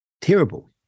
terrible